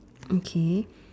okay